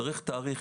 צריכים תאריך,